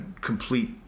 complete